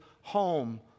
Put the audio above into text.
home